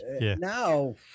Now